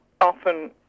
often